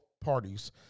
parties